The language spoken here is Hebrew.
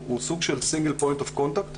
הוא סוג של סינגל פוינט אוף קונטקט